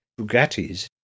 Bugattis